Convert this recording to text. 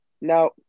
Now